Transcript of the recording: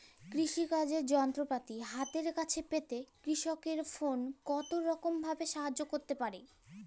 কৃষিকাজের যন্ত্রপাতি হাতের কাছে পেতে কৃষকের ফোন কত রকম ভাবে সাহায্য করতে পারে?